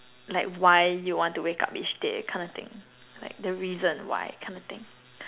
like why you want to wake up each day kind of thing like the reason why kind of thing